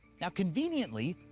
now, conveniently,